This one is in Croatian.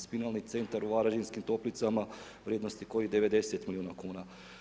Spinalni centar u Varaždinskim Toplicama vrijednosti kojih 90 milijuna kuna.